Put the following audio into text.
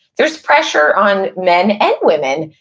there's pressure on men and women,